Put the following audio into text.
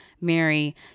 Mary